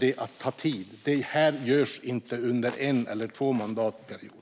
Det görs inte under en eller två mandatperioder.